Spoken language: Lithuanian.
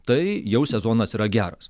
tai jau sezonas yra geras